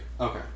Okay